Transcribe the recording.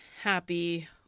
happy